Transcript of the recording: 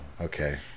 okay